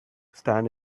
stand